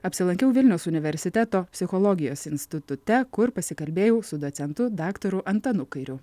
apsilankiau vilniaus universiteto psichologijos institute kur pasikalbėjau su docentu daktaru antanu kairiu